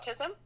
autism